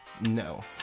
No